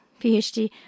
PhD